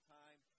time